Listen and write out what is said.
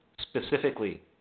specifically